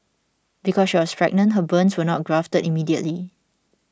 because she was pregnant her burns were not grafted immediately